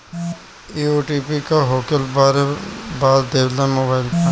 इ ओ.टी.पी का होकेला बार बार देवेला मोबाइल पर?